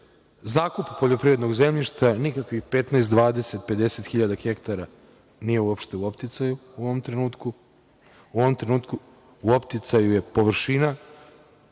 zakupa poljoprivrednog zemljišta nikakvih 15, 20, 50 hiljada hektara nije uopšte u opticaju u ovom trenutku. U ovom trenutku u opticaju je površina